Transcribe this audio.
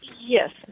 yes